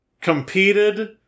competed